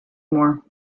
more